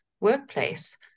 workplace